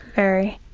very.